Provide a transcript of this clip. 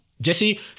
Jesse